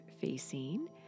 facing